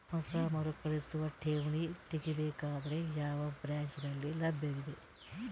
ಹೊಸ ಮರುಕಳಿಸುವ ಠೇವಣಿ ತೇಗಿ ಬೇಕಾದರ ಯಾವ ಬ್ರಾಂಚ್ ನಲ್ಲಿ ಲಭ್ಯವಿದೆ?